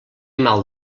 mal